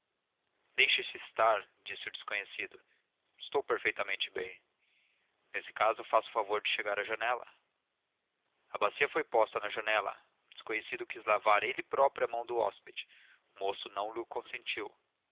ergueu-se deixe-se estar disse o desconhecido estou perfeitamente bem nesse caso faça o favor de chegar à janela a bacia foi posta na janela o desconhecido quis lavar ele próprio a mão do hóspede o moço não lho consentiu